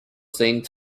saint